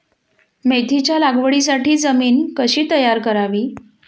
मेथीच्या लागवडीसाठी जमीन कशी तयार करावी?